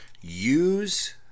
Use